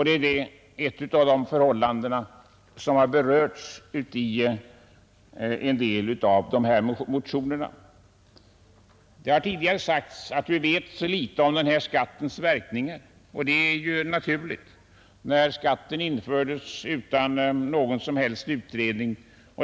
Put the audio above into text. Det är ett förhållande som har berörts i en del av motionerna. Att vi vet så litet om denna skatts verkningar på samhällsekonomin är ju naturligt eftersom skatten infördes utan någon som helst utredning.